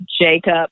Jacob